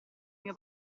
mio